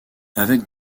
avec